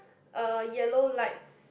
a yellow lights